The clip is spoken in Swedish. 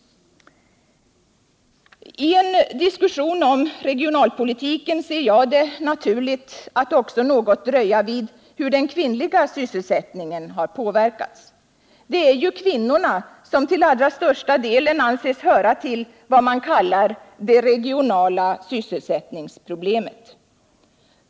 Ien diskussion om regionalpolitiken ser jag det naturligt att något dröja vid hur den kvinnliga sysselsättningen påverkats. Det är ju kvinnorna som till allra största delen anses höra till vad man kallar ”det regionala sysselsättningsproblemet”.